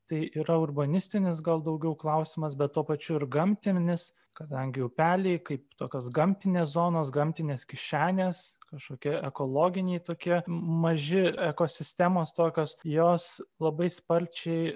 tai yra urbanistinis gal daugiau klausimas bet tuo pačiu ir gamtinis kadangi upeliai kaip tokios gamtinės zonos gamtinės kišenės kažkokie ekologiniai tokie maži ekosistemos tokios jos labai sparčiai